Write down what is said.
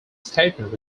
statement